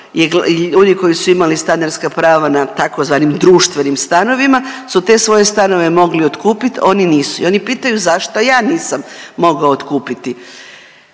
ljudi koji su imali stanarska prava na tzv. društvenim stanovima su te svoje stanove mogli otkupiti oni nisu i oni pitaju zašto ja nisam mogao otkupiti.